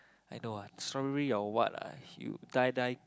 I know ah strawberry or what lah you die die